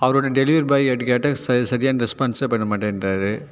அவரோட delivery boy கிட்ட கேட்டேன் ச சரியான ரெஸ்பான்ஸ் பண்ண மாட்டேன்கிறாரு